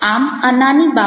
આમ આ નાની બાબતો છે